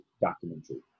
documentary